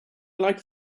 like